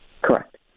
Correct